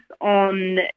on